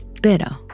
better